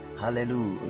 Hallelujah